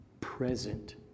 present